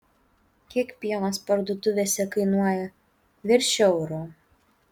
kiek pienas parduotuvėse kainuoja virš euro